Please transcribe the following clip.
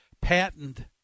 patented